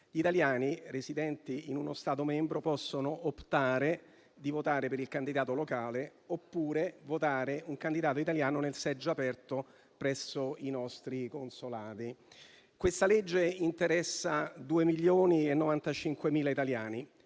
Gli italiani residenti in uno Stato membro possono optare di votare per il candidato locale oppure votare un candidato italiano nel seggio aperto presso i nostri consolati. Questa legge interessa 2.095.000 italiani,